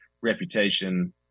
reputation